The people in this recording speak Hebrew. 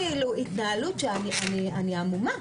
זה פשוט התנהלות שאני המומה.